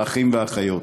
האחים והאחיות,